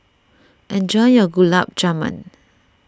enjoy your Gulab Jamun